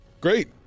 Great